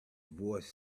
voice